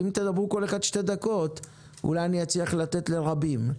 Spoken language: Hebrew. אם כל אחד מכם ידבר שתי דקות אולי אצליח לתת לרבים לדבר,